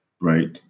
right